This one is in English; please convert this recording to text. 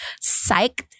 psyched